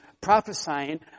prophesying